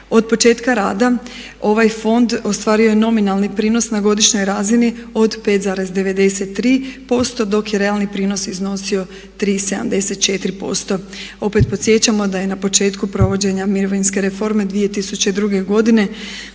Od početka rada ovaj fond ostvario je nominalni prinos na godišnjoj razini od 5,93% dok je realni prinos iznosio 3,74%. Opet podsjećamo da je na početku provođenja mirovinske reforme 2002.godine,